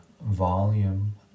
volume